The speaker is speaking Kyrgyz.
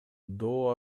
доо